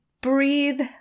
breathe